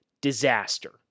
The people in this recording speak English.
disaster